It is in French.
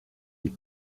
des